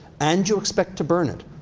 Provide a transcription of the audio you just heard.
and you expect to burn it,